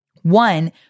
One